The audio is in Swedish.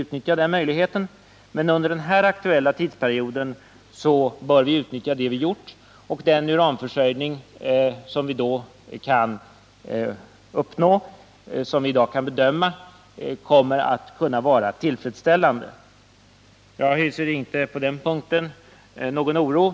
Den möjligheten skall vi utnyttja. Men under den nu aktuella tidsperioden bör vi utnyttja de investeringar vi gjort. Den uranförsörjning som vi enligt våra bedömningar i dag kan uppnå kommer att vara tillfredsställande. Jag hyser inte någon oro på den punkten.